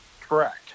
Correct